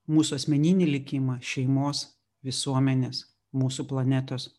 mūsų asmeninį likimą šeimos visuomenės mūsų planetos